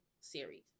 Series